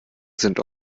sind